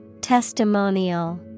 Testimonial